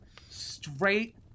straight